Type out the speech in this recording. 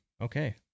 Okay